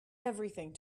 everything